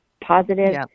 positive